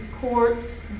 courts